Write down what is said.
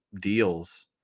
deals